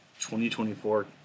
2024